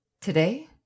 Today